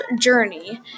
journey